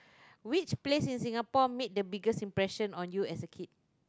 which place in Singapore made the biggest impression on you as a kid